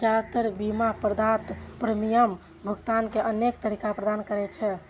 जादेतर बीमा प्रदाता प्रीमियम भुगतान के अनेक तरीका प्रदान करै छै